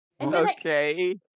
Okay